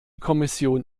kommission